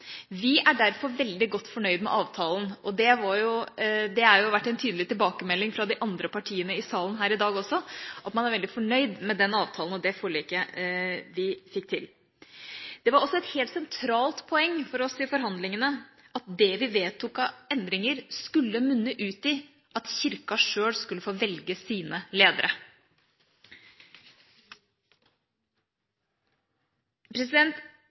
Vi er derfor veldig godt fornøyd med avtalen. Det har vært en tydelig tilbakemelding fra de andre partiene i salen her i dag også, at man er veldig fornøyd med den avtalen og det forliket vi fikk til. Det var også et helt sentralt poeng for oss i forhandlingene at det vi vedtok av endringer, skulle munne ut i at Kirka sjøl skulle få velge sine